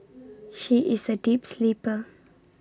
she is A deep sleeper